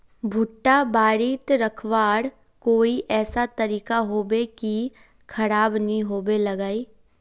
भुट्टा बारित रखवार कोई ऐसा तरीका होबे की खराब नि होबे लगाई?